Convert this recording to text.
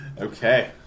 Okay